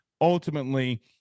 ultimately –